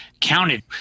counted